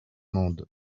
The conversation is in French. mende